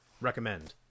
recommend